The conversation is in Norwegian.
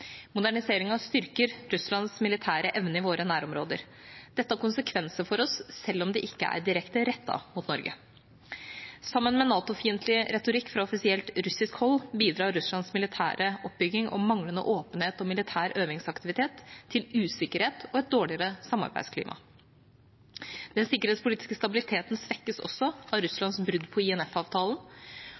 styrker Russlands militære evne i våre nærområder. Dette har konsekvenser for oss, selv om det ikke er direkte rettet mot Norge. Sammen med NATO-fiendtlig retorikk fra offisielt russisk hold bidrar Russlands militære oppbygging og manglende åpenhet om militær øvingsaktivitet til usikkerhet og et dårligere samarbeidsklima. Den sikkerhetspolitiske stabiliteten svekkes også av Russlands brudd på